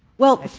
well,